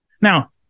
Now